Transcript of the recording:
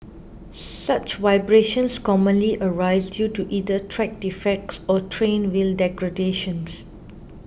such vibrations commonly arise due to either track defects or train wheel degradation